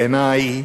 בעיני,